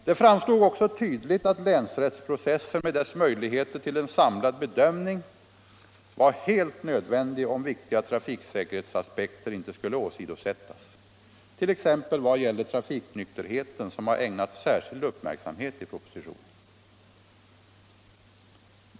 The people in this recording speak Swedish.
Det framstod också tydligt att länsrättsprocessen med dess möjligheter till en samlad bedömning var helt nödvändig om viktiga trafiksäkerhetsaspekter inte skulle åsidosättas, t.ex. vad gäller trafiknykterheten som har ägnats särskild uppmärksamhet i propositionen.